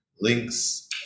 links